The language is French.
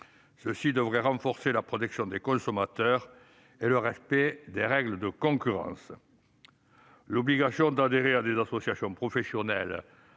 Cela devrait renforcer la protection des consommateurs et le respect des règles de concurrence. L'obligation d'adhésion à des associations professionnelles